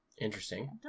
Interesting